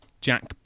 Jack